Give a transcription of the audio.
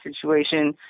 situation